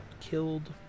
killed